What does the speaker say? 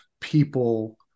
people